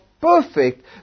perfect